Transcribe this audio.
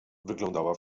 wyglądała